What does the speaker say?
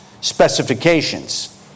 specifications